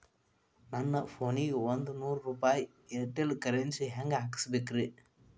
ನನ್ನ ಫೋನಿಗೆ ಒಂದ್ ನೂರು ರೂಪಾಯಿ ಏರ್ಟೆಲ್ ಕರೆನ್ಸಿ ಹೆಂಗ್ ಹಾಕಿಸ್ಬೇಕ್ರಿ?